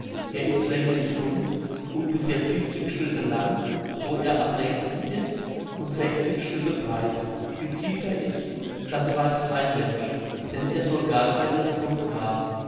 er ist länglichrund ungefähr siebenzig schritte lang wo er am längsten ist und sechzig schritte breit wie tief er ist das weiß kein mensch denn er soll gar keinen grund haben